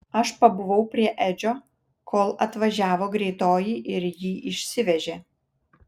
aš pabuvau prie edžio kol atvažiavo greitoji ir jį išsivežė